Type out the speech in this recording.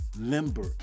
limber